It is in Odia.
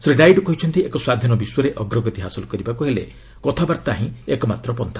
ଶ୍ରୀ ନାଇଡ଼ କହିଛନ୍ତି ଏକ ସ୍ୱାଧୀନ ବିଶ୍ୱରେ ଅଗ୍ରଗତି ହାସଲ କରିବାକୁ ହେଲେ କଥାବାର୍ତ୍ତା ହିଁ ଏକମାତ୍ର ପନ୍ଥା